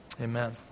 Amen